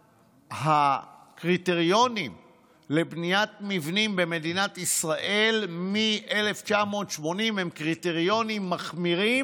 הקריטריונים לבניית מבנים במדינת ישראל מ-1980 הם קריטריונים מחמירים.